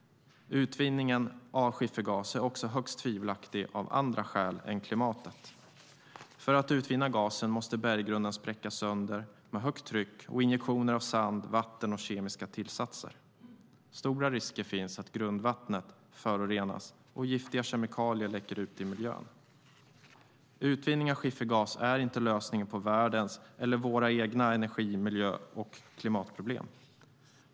Utvinningen av skiffergas är också högst tvivelaktig av andra skäl än klimatet. För att utvinna gasen måste berggrunden spräckas sönder genom högt tryck och injektioner av sand, vatten och kemiska tillsatser. Stora risker finns att grundvatten förorenas och giftiga kemikalier läcker ut i miljön. Utvinning av skiffergas är inte lösningen på världens eller våra egna energi-, miljö eller klimatproblem.